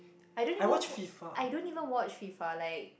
I don't even wa~ I don't even watch FIFA like